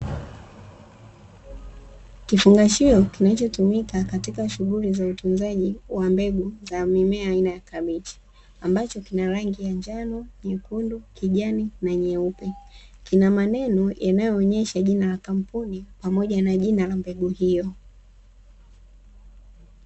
Kifungashio tunachotumika katika shughuli za utunzaji wa mbegu za mimea, aina ya kabichi, ambacho kina rangi ya njano, nyekundu, kijani na nyeupe, kina maneno yanayoonyesha jina la kampuni pamoja na jina la mbegu hiyo.